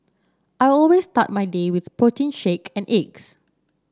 I always start my day with a protein shake and eggs